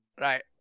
right